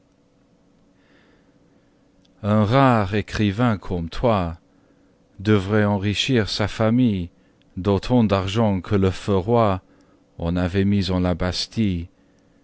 un rare écrivain comme toi devrait enrichir sa famille d'autant d'argent que le feu roi en avait mis en la bastille